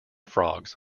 frogs